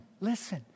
Listen